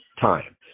time